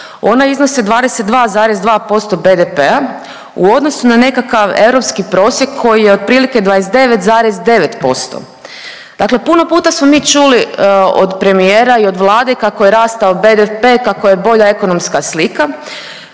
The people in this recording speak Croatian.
Ona iznose 22,2% BDP-a u odnosu na nekakav europski prosjek koji je otprilike 29,9%. Dakle, puno puta smo mi čuli od premijera i od Vlade kako je rastao BDP, kako je bolja ekonomska slika